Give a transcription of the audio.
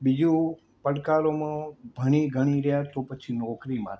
બીજું પડકારોમાં ભણી ગણી રહ્યા તો પછી નોકરી માટે